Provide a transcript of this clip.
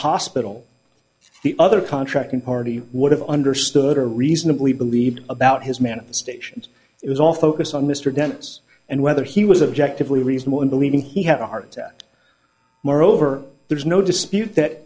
hospital the other contracting party would have understood or reasonably believed about his manifestations it was all focused on mr dense and whether he was objective we are reasonable in believing he had a heart attack moreover there is no dispute that